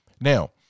now